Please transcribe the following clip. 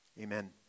Amen